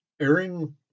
airing